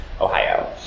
Ohio